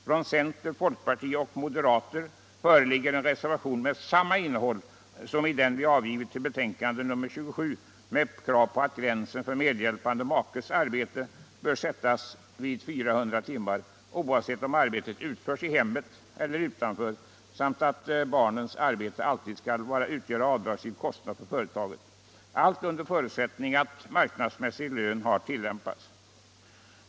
Från centern, folkpartiet och moderaterna har där avgivits en reservation med samma innehåll som vår reservation till betänkandet nr 27 och med krav på att gränsen för medhjälpande makes arbete bör sättas vid 400 timmar, oavsett om arbetet utförts i hemmet eller utanför hemmet, samt att barnens arbete alltid skall utgöra avdragsgill kostnad för företaget, allt under förutsättning att marknadsmässig lön har tillämpats.